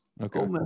Okay